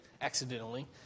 accidentally